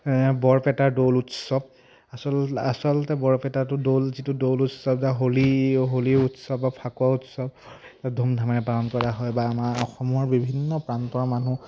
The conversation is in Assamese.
বৰপেটাৰ দৌল উৎসৱ আচলতে বৰপেটা দৌল যিটো দৌল উৎসৱ বা হোলী হোলী উৎসৱ বা ফাকুৱা উৎসৱ ধুমধামেৰে পালন কৰা হয় বা আমাৰ অসমৰ বিভিন্ন প্ৰান্তৰ মানুহ